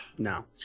No